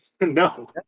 No